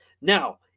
now